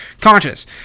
conscious